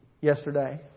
yesterday